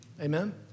Amen